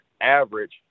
average